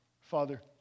Father